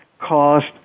cost